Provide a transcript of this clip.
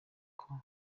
kuko